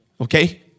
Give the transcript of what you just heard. Okay